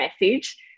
message